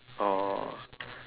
oh